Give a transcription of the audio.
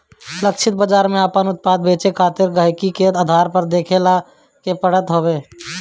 लक्षित बाजार में आपन उत्पाद बेचे खातिर गहकी के आधार देखावे के पड़त हवे